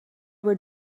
were